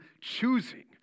choosing